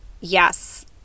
yes